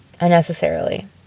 unnecessarily